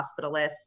hospitalists